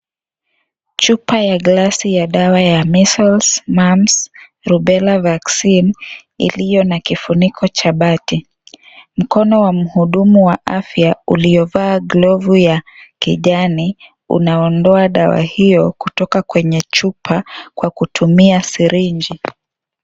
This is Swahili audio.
Chupa ya glasi ya dawa ya Measles Mumps Rubella vaccine iliyo na kifuniko cha bati. Mkono wa mhudumu wa afya iliyo vaa glovu ya kijani unaondoa dawa hiyo Kutoka kwenye chupa kutumia sirinji.